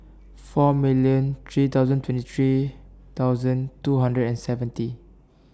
four million three thousand twenty three thousand two hundred and seventy